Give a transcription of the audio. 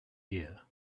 here